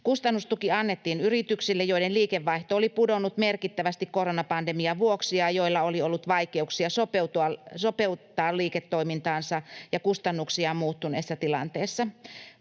Kustannustuki annettiin yrityksille, joiden liikevaihto oli pudonnut merkittävästi koronapandemian vuoksi ja joilla oli ollut vaikeuksia sopeuttaa liiketoimintaansa ja kustannuksiaan muuttuneessa tilanteessa.